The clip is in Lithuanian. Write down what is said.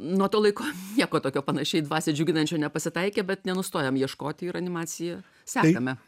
nuo to laiko nieko tokio panašiai dvasią džiuginančio nepasitaikė bet nenustojom ieškoti ir animaciją sekame